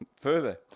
further